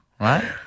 right